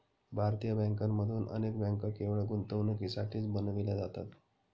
भारतीय बँकांमधून अनेक बँका केवळ गुंतवणुकीसाठीच बनविल्या जातात